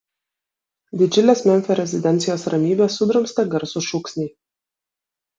didžiulės memfio rezidencijos ramybę sudrumstė garsūs šūksniai